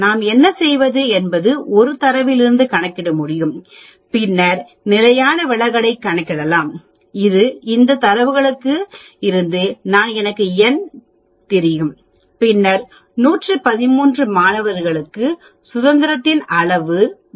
நாம் என்ன செய்வது என்பது இந்த தரவிலிருந்து கணக்கிட முடியும் பின்னர் நிலையான விலகலைக் கணக்கிடலாம் இது இந்த தரவுகளிலிருந்து தான் எனக்கு n தெரியும் பின்னர் 113 மாணவர்களுக்கு சுதந்திரத்தின் அளவு 112 ஆகும்